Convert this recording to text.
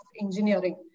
engineering